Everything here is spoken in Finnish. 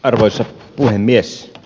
arvoisa puhemies